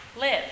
live